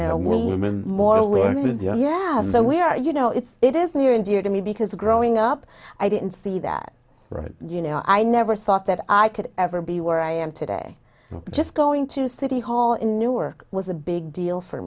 know women more we only have so we are you know it's it is near and dear to me because growing up i didn't see that you know i never thought that i could ever be where i am to ok just going to city hall in newark was a big deal for